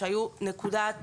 שהייתה נקודת